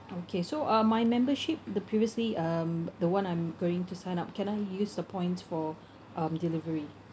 okay so uh my membership the previously um the one I'm going to sign up can I use the points for um delivery